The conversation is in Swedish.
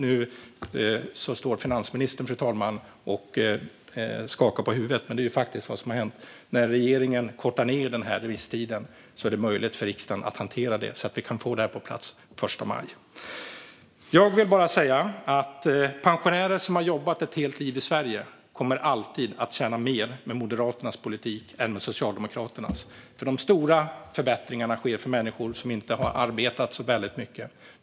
Nu står finansministern och skakar på huvudet, fru talman, men det är faktiskt vad som har hänt. När regeringen kortar ned remisstiden blir det möjligt för riksdagen att hantera det så att vi kan få det på plats den 1 maj. Jag vill säga att pensionärer som har jobbat ett helt liv i Sverige alltid kommer att tjäna mer med Moderaternas politik än med Socialdemokraternas, för de stora förbättringarna sker för människor som inte har arbetat så mycket.